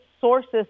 sources